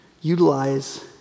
utilize